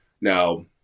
now